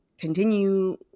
continue